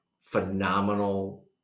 phenomenal